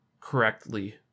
correctly